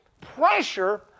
pressure